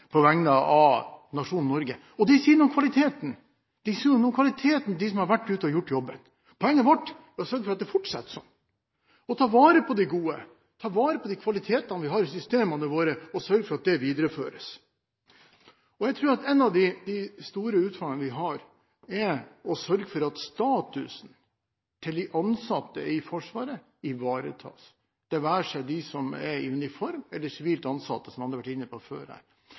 på vegne av nasjonen Norge. Det sier noe om kvaliteten, og det sier noe om kvaliteten hos dem som har vært ute og gjort jobben. Poenget vårt er å sørge for at det fortsetter slik – å ta vare på det gode, ta vare på de kvalitetene vi har i systemene våre, og sørge for at det videreføres. Jeg tror at en av de store utfordringene vi har, er å sørge for at statusen til de ansatte i Forsvaret ivaretas – det være seg de som er i uniform, eller de som er sivilt ansatt, som andre har vært inne på før,